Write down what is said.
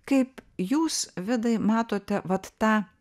kaip jūs vidai matote vat tą